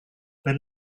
per